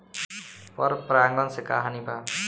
पर परागण से का हानि बा?